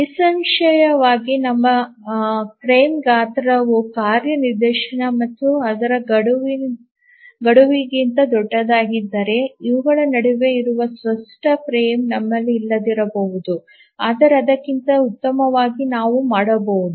ನಿಸ್ಸಂಶಯವಾಗಿ ನಮ್ಮ ಫ್ರೇಮ್ ಗಾತ್ರವು ಕಾರ್ಯ ನಿದರ್ಶನ ಮತ್ತು ಅದರ ಗಡುವುಗಿಂತ ದೊಡ್ಡದಾಗಿದ್ದರೆ ಇವುಗಳ ನಡುವೆ ಇರುವ ಸ್ಪಷ್ಟ ಫ್ರೇಮ್ ನಮ್ಮಲ್ಲಿ ಇಲ್ಲದಿರಬಹುದು ಆದರೆ ಅದಕ್ಕಿಂತ ಉತ್ತಮವಾಗಿ ನಾವು ಮಾಡಬಹುದು